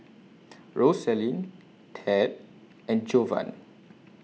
Rosalyn Tad and Jovan